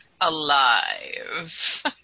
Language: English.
alive